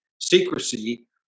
secrecy